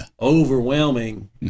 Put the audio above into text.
overwhelming